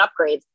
upgrades